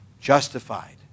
Justified